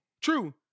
True